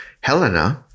Helena